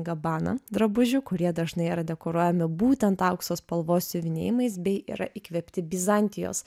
gabbana drabužių kurie dažnai yra dekoruojami būtent aukso spalvos siuvinėjimais bei yra įkvėpti bizantijos